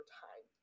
time